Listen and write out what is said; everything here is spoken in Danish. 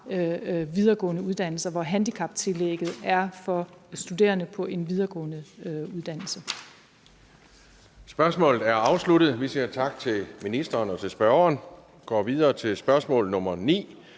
videregående uddannelser, hvor handicaptillægget er for studerende på en videregående uddannelse.